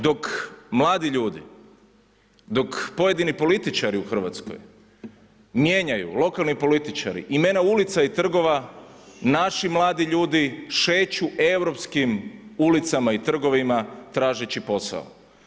Dok mladi ljudi, dok pojedini političari u Hrvatskoj mijenjaju, lokalni političari imena ulica i trgova naši mladi ljudi šeću europskim ulicama i trgovima tražeći posao.